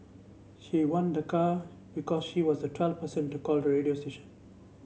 she won the car because she was the twelfth person to call the radio station